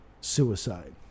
suicide